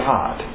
God